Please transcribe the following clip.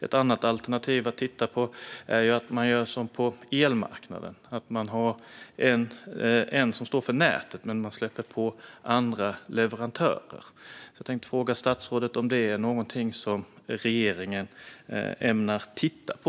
Ett annat alternativ att titta på är att man gör som på elmarknaden - att man har en aktör som står för nätet men släpper in andra leverantörer. Jag tänkte fråga statsrådet om detta är något som regeringen ämnar titta på.